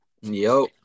Yo